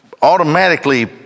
automatically